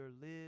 live